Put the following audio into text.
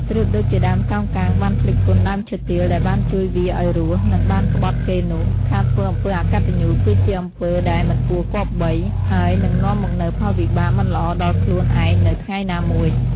ប្រៀបដូចជាដើមកោងកាងបានភ្លេចគុណដើមឈើទាលដែលបានជួយវាឲ្យរស់ និងបានក្បត់គេនោះ ការធ្វើអំពើអកតញ្ញូ គឺជាអំពើដែលមិនគួរគប្បី ហើយនឹងនាំមកនូវផលវិបាកមិនល្អដល់ខ្លួនឯងនៅថ្ងៃណាមួយ។